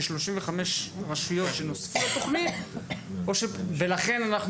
כ-35 רשויות שנוספו לתוכנית ולכן אנחנו